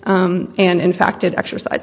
and in fact it exercise